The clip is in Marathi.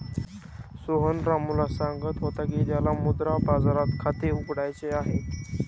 सोहन रामूला सांगत होता की त्याला मुद्रा बाजारात खाते उघडायचे आहे